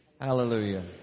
Hallelujah